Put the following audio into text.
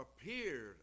appeared